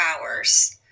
hours